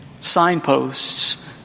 signposts